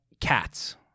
cats